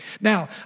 Now